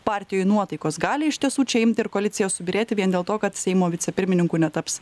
partijoj nuotaikos gali iš tiesų čia imt ir koalicija subyrėti vien dėl to kad seimo vicepirmininku netaps